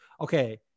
okay